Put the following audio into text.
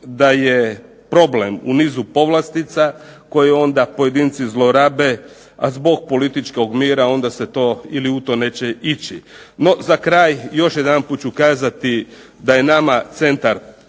da je problem u nizu povlastica koje ona pojedinci zlorabe, a zbog političkog mira onda se to ili u to neće ići. No, za kraj još jedanput ću kazati da je nama centar